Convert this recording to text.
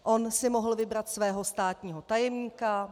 On si mohl vybrat svého státního tajemníka.